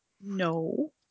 No